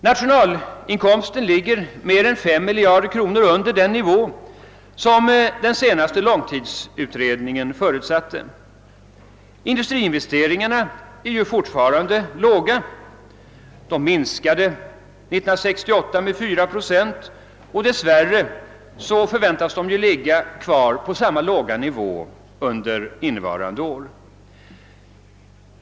Nationalinkomsten ligger mer än 5 miljarder kronor under den nivå som den senaste långtidsutredningen förutsatte. Industriinvesteringarna är fortfarande låga — de minskade 1968 med 4 procent —- och dess värre förväntas de ligga kvar på samma låga nivå under innevarande år.